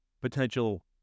potential